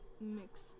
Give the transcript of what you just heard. mix